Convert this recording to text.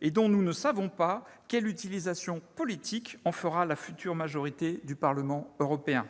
et dont nous ne savons pas quelle utilisation politique en fera la future majorité du Parlement européen.